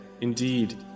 Indeed